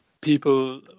people